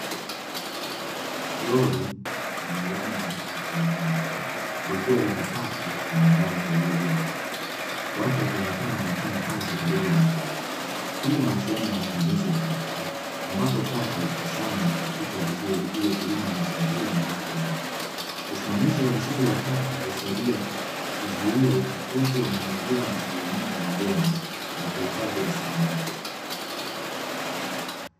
Lori lenye rangi ya samawati likiwa limepaki kwenye dampo lililo jaa taka, watu wakionekana wanafanya kazi karibu na lori hilo, hii inahusiana na usimamizi wa taka ambapo taka ukusanywa na kutupwa vizuri ili kulinda mazingira na afya ya watu, usimamizi mzuri wataka husaidia kuzuia uchafuzi wa mazingira na kueneza magonjwa na kuhifadhi rasilimali.